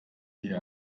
hier